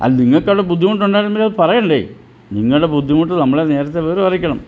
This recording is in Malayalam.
അത് നിങ്ങൾക്കവിടെ ബുദ്ധിമുട്ടുണ്ടായിരുന്നെങ്കിൽ അത് പറയണ്ടേ നിങ്ങളുടെ ബുദ്ധിമുട്ട് നമ്മളെ നേരത്തെ വിവരമറിയിക്കണം